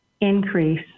increase